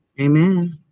amen